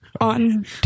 On